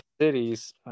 cities